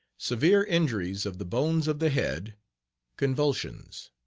severe injuries of the bones of the head convulsions.